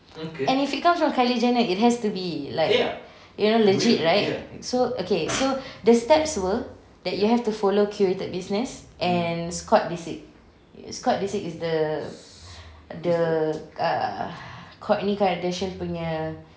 and if it comes from kylie jenner it has to be like you know legit right so okay so the steps were that you have to follow curated business and scott disick scott disick is the the ah kourtney kardashian punya